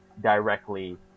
directly